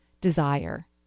desire